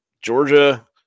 Georgia